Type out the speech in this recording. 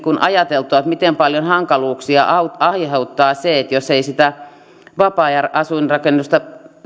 ajateltua miten paljon hankaluuksia aiheuttaa se jos ei sitä vapaa ajan asuinrakennuksen